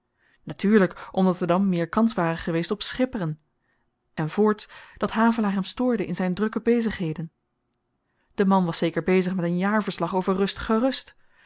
natuurlyk omdat er dan meer kans ware geweest op schipperen en voorts dat havelaar hem stoorde in zyn drukke bezigheden de man was zeker bezig met een jaarverslag over rustige rust